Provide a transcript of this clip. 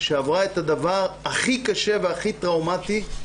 שעברה את הדבר הכי קשה והכי טראומטי,